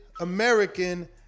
American